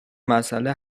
مسئله